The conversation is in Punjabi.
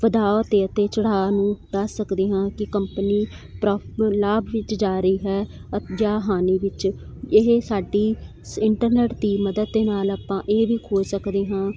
ਵਧਾਅ ਅਤੇ ਅਤੇ ਚੜ੍ਹਾਅ ਨੂੰ ਦੱਸ ਸਕਦੇ ਹਾਂ ਕਿ ਕੰਪਨੀ ਪ੍ਰੋ ਲਾਭ ਵਿੱਚ ਜਾ ਰਹੀ ਹੈ ਜਾਂ ਹਾਨੀ ਵਿੱਚ ਇਹ ਸਾਡੀ ਇੰਟਰਨੈੱਟ ਦੀ ਮਦਦ ਦੇ ਨਾਲ਼ ਆਪਾਂ ਇਹ ਵੀ ਖੋਜ ਸਕਦੇ ਹਾਂ